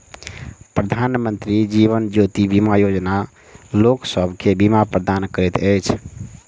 प्रधानमंत्री जीवन ज्योति बीमा योजना लोकसभ के बीमा प्रदान करैत अछि